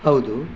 ಹೌದು